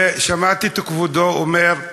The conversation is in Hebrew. ושמעתי את כבודו אומר,